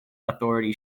authority